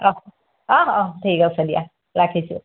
অ অ অ ঠিক আছে দিয়া ৰাখিছোঁ